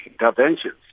interventions